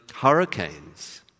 hurricanes